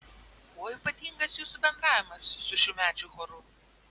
kuo ypatingas jūsų bendravimas su šiųmečiu choru